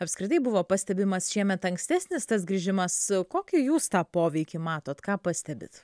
apskritai buvo pastebimas šiemet ankstesnis tas grįžimas kokį jūs tą poveikį matot ką pastebit